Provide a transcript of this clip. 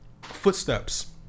Footsteps